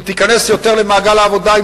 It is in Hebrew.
אם תיכנס יותר למעגל העבודה,